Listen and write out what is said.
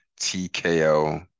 TKO